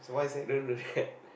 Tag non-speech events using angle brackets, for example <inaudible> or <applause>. don't do that <laughs>